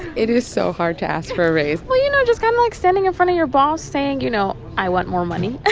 it is so hard to ask for a raise well, you know, just kind of like standing in front of your boss saying, you know, i want more money